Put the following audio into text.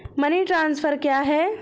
Money transfer क्या है?